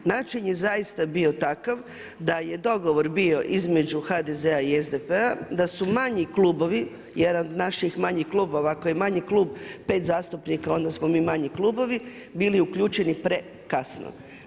Način je zaista bio takav, da je dogovor bio između HDZ-a i SDP-a, da su manji klubovi, jedan od naših manjih klubova, ako je manji klub 5 zastupnika, onda smo mi manji klubovi, bili uključeni prekasno.